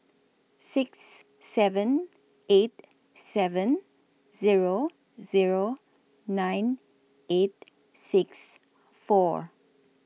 six seven eight seven Zero Zero nine eight six four